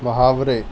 محاورے